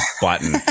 button